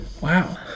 Wow